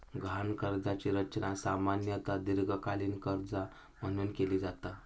गहाण कर्जाची रचना सामान्यतः दीर्घकालीन कर्जा म्हणून केली जाता